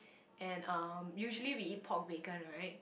and um usually we eat pork bacon right